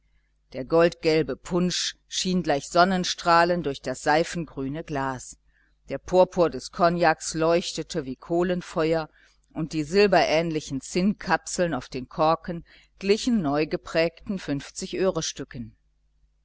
der goldgelbe punsch schien gleich sonnenstrahlen durch das seifengrüne glas der purpur des kognaks leuchtete wie kohlenfeuer und die silberähnlichen zinnkapseln auf den korken glichen neugeprägten